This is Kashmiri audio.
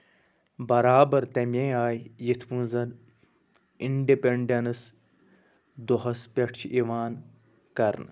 برابر تَمہِ آیہِ یِتھ پٲٹھۍ زَن اِنڈِپٮ۪نڈَنٕس دۄہَس پٮ۪ٹھ چھُ یِوان کرنہٕ